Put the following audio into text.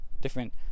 Different